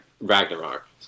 Ragnarok